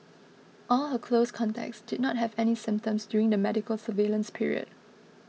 all her close contacts did not have any symptoms during the medical surveillance period